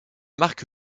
marque